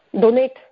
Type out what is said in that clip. donate